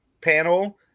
panel